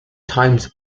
times